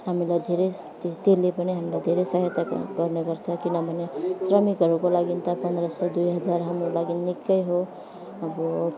हामीलाई धेरै त्यस त्यसले पनि हामीलाई धेरै सहायता गर्ने गर्छ किनभने श्रमिकहरूको लागि त पन्ध्र सौ दुई हजार हाम्रो लागि निकै हो अब